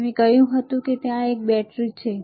મેં તમને કહ્યું કે ત્યાં એક બેટરી છે